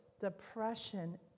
depression